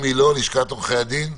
אני מלשכת עורכי הדין.